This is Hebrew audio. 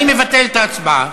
אני מבטל את ההצבעה.